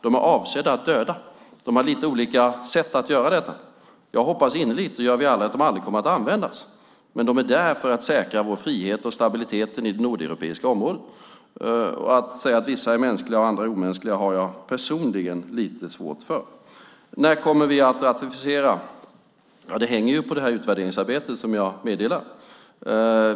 De är avsedda för att döda, och det sker på lite olika sätt. Jag och vi alla hoppas innerligt att de aldrig kommer att användas. Men de är där för att säkra vår frihet och stabiliteten i det nordeuropeiska området. Att säga att vissa är mänskliga och andra omänskliga har jag personligen lite svårt för. När kommer vi att ratificera Osloavtalet? Det hänger på utvärderingsarbetet, som jag meddelade.